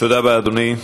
תודה רבה, אדוני.